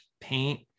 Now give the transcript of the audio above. paint